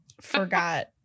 forgot